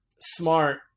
smart